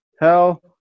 Hell